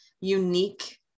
unique